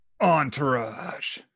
Entourage